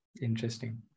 interesting